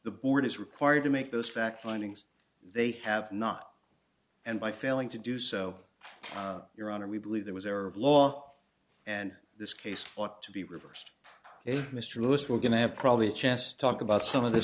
the board is required to make those fact findings they have not and by failing to do so your honor we believe there was a law and this case ought to be reversed if mr lewis were going to have probably a chance to talk about some of th